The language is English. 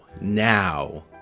now